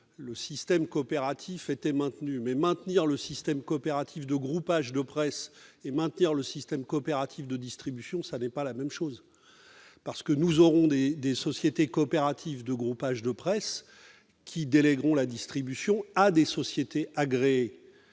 le système coopératif était maintenu. Mais maintenir le système coopératif de groupage de presse et maintenir le système coopératif de distribution, ce n'est pas pareil ! En effet, nous aurons des sociétés coopératives de groupage de presse qui délègueront la distribution à des sociétés agréées.